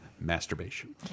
masturbation